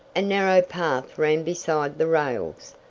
a narrow path ran beside the rails.